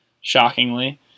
Shockingly